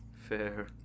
fair